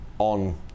on